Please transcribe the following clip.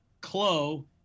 Clo